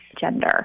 gender